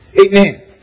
Amen